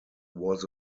was